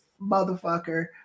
motherfucker